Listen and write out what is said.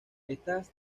estas